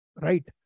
Right